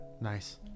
nice